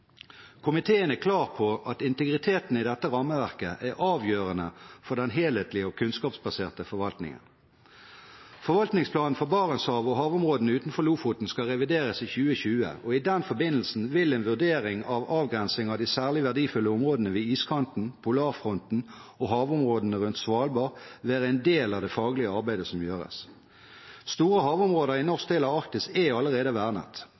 Komiteen er klar på at integriteten i dette rammeverket er avgjørende for den helhetlige og kunnskapsbaserte forvaltningen. Forvaltningsplanen for Barentshavet og havområdene utenfor Lofoten skal revideres i 2020, og i den forbindelse vil en vurdering av avgrensing av de særlig verdifulle områdene ved iskanten, polarfronten og havområdene rundt Svalbard være en del av det faglige arbeidet som gjøres. Store havområder i norsk del av Arktis er allerede vernet.